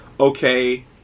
okay